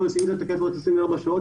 מביאים את הבדיקה תקפה ל-24 שעות,